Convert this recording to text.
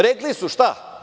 Rekli su, šta?